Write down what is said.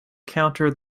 counter